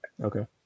Okay